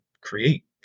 create